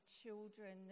children